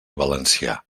valencià